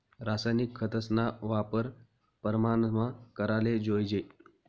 रासायनिक खतस्ना वापर परमानमा कराले जोयजे